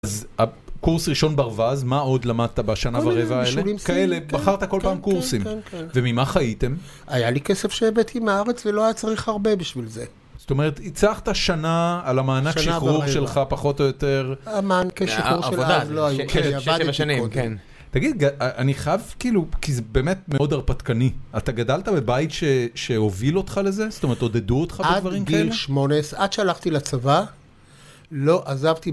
אז הקורס ראשון ברווז, מה עוד למדת בשנה ורבע האלה? כאלה, בחרת כל פעם קורסים, וממה חייתם? היה לי כסף שהבאתי מהארץ ולא היה צריך הרבה בשביל זה. זאת אומרת, הצלחת שנה על המענק שחרוך שלך, פחות או יותר? המענק שחרוך של העבודה, שיש לי שבע שנים, כן. תגיד, אני חייב כאילו, כי זה באמת מאוד הרפתקני, אתה גדלת בבית שהוביל אותך לזה? זאת אומרת, עודדו אותך לדברים כאלה? עד 18, עד שהלכתי לצבא, לא עזבתי ב...